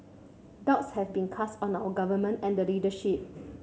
doubts have been cast on our Government and the leadership